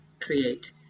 create